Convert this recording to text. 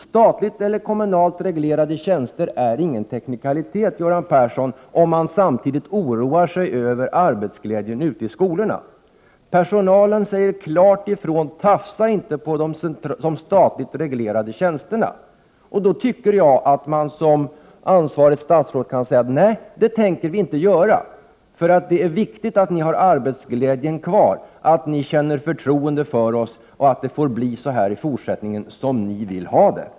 Statligt eller kommunalt reglerade tjänster är inte heller någon teknikalitet, Göran Persson, om man samtidigt oroar sig över arbetsglädjen ute i skolorna. Personalen säger klart ifrån: Tafsa inte på de statligt reglerade tjänsterna. Då tycker jag att det ansvariga statsrådet kan säga: Nej, det tänker vi inte göra, för det är viktigt att ni har arbetsglädjen kvar, att ni känner förtroende för oss — och att det i fortsättningen får bli som ni vill ha det.